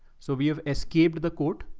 so we have escaped the coat.